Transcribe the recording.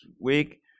week